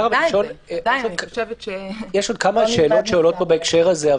יש עוד כמה שאלות שעולות בהקשר הזה.